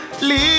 Leave